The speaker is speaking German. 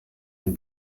dem